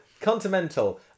Continental